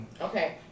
Okay